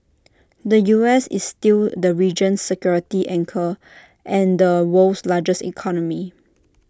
the U S is still the region security anchor and the world's largest economy